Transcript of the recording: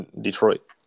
Detroit